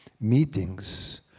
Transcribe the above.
meetings